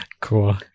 Cool